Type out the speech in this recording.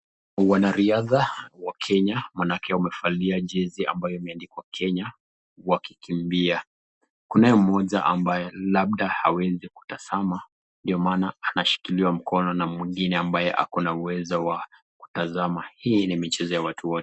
Wanariadha wa Kenya, maanake wamevalia jezi ambayo imeandikwa Kenya, wakikimbia. Kunao mmoja ambaye labda hawezi kutazama, ndio maana anashikiliwa mkono na mwingine ambaye ako na uwezo wa kutazama. Hii ni michezo ya watu wote.